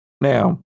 Now